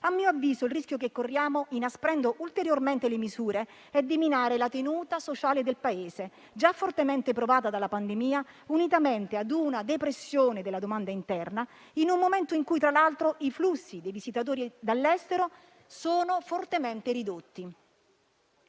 A mio avviso, il rischio che corriamo, inasprendo ulteriormente le misure, è di minare la tenuta sociale del Paese, già fortemente provato dalla pandemia, unitamente ad una depressione della domanda interna, in un momento in cui, tra l'altro, i flussi di visitatori dall'estero sono fortemente ridotti.